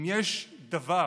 אם יש דבר